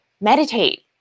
meditate